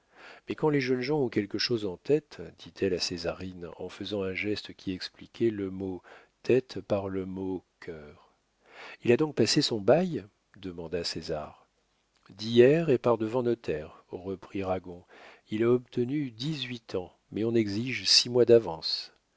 mais quand les jeunes gens ont quelque chose en tête dit-elle à césarine en faisant un geste qui expliquait le mot tête par le mot cœur il a donc passé son bail demanda césar d'hier et par-devant notaire reprit ragon il a obtenu dix-huit ans mais on exige six mois d'avance